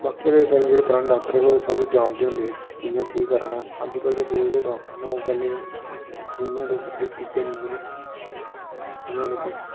बाकी आह्ले जेह्ड़े पराने डाक्टर हे ओह् सब किश जानदे होंदे कि कि'यां केह् करना अजकल्ल दे जेह्ड़े डाक्टर न ओह् पैह्लें दूइयां टिक्कियां दिंदे न